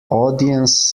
audience